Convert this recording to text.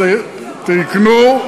תקנו.